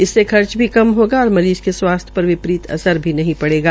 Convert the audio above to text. इससे खर्चा भी कम होगा और मरीज़ के स्वास्थ्य पर विपरीत असर भी पड़ेगा